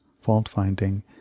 fault-finding